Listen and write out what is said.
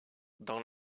dans